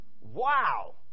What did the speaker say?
Wow